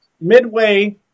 Midway